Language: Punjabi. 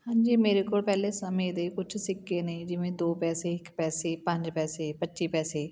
ਹਾਂਜੀ ਮੇਰੇ ਕੋਲ ਪਹਿਲੇ ਸਮੇਂ ਦੇ ਕੁਛ ਸਿੱਕੇ ਨੇ ਜਿਵੇਂ ਦੋ ਪੈਸੇ ਇੱਕ ਪੈਸੇ ਪੰਜ ਪੈਸੇ ਪੱਚੀ ਪੈਸੇ